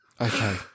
Okay